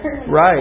Right